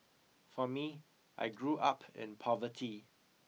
for me I grew up in poverty